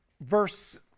verse